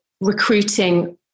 recruiting